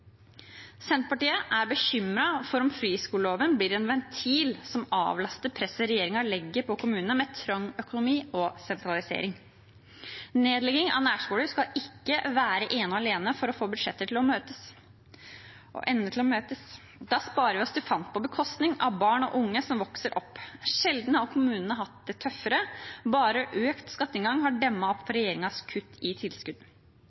Senterpartiet er bekymret for om friskoleloven blir en ventil som avlaster presset regjeringen legger på kommunene med trang økonomi og sentralisering. Nedlegging av nærskoler skal ikke være ene og alene for å få budsjettene og endene til å møtes. Da sparer vi oss til fant, på bekostning av barn og unge som vokser opp. Sjelden har kommunene hatt det tøffere. Bare økt skatteinngang har demmet opp for regjeringens kutt i tilskudd.